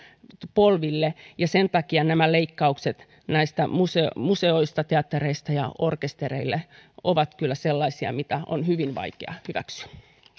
polville ja sen takia nämä leikkaukset museoista teattereista ja orkestereista ovat kyllä sellaisia mitä on hyvin vaikea hyväksyä